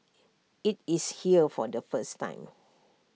IT is here for the first time